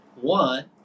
one